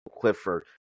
Clifford